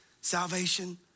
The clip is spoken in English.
salvation